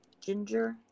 ginger